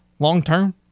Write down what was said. long-term